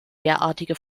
derartige